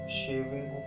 shaving